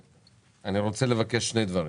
אני רוצה לבקש שני דברים.